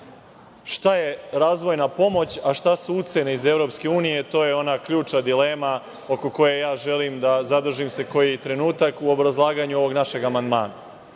je razvojna pomoć, a šta su institucije za EU? To je ona ključna dilema oko koje ja želim da se zadržim neki trenutak, u obrazlaganju ovog našeg amandmana. Lepo